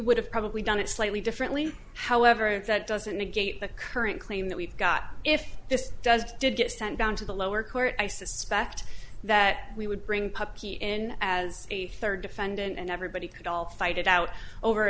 would have probably done it slightly differently however that doesn't negate the current claim that we've got if this does did get sent down to the lower court i suspect that we would bring puppy in as a third defendant and everybody could all fight it out over